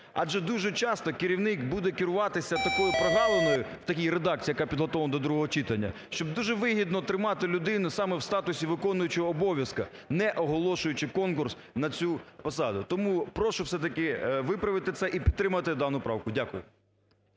Адже дуже часто керівник буде керуватися такою прогалиною, в такій редакції, яка підготовлена до другого читання, щоб дуже вигідно тримати людину саме в статусі виконуючого обов'язки, не оголошуючи конкурс на цю посаду. Тому прошу все-таки виправити це і підтримати дану правку. Дякую.